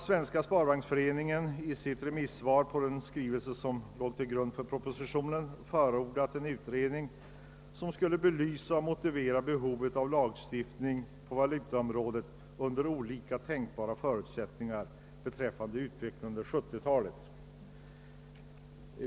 Svenska sparbanksföreningen har i sitt remissyttrande över en skrivelse, som låg till grund för propositionen, förordat en utredning som skulle belysa och motivera behovet av lagstiftning på valutaområdet under olika tänkbara förutsättningar i utvecklingen under 1970-talet.